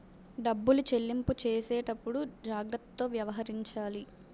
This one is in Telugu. డబ్బులు చెల్లింపు చేసేటప్పుడు జాగ్రత్తతో వ్యవహరించాలి